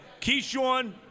Keyshawn